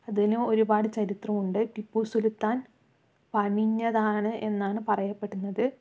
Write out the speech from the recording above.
അതിനും ഒരുപാട് ചരിത്രമുണ്ട് ടിപ്പുസുൽത്താൻ പണിഞ്ഞതാണ് എന്നാണ് പറയപ്പെടുന്നത്